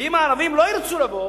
ואם הערבים לא ירצו לבוא,